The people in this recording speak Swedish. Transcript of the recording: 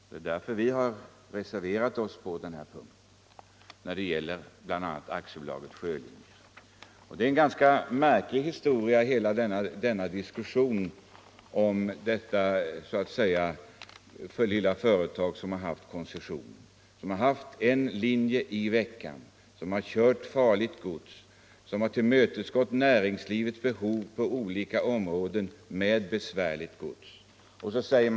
Det är därför vi har reserverat oss på den här punkten, bl.a. när det gäller AB Sjölinjer. Hela denna diskussion är en ganska märklig historia om detta lilla företag, som har haft koncession på Gotlandslinjen och gjort en tur i veckan, fraktat farligt gods och tillmötesgått näringslivets behov på olika områden med att ta hand om besvärligt gods.